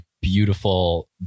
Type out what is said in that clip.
beautiful